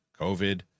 COVID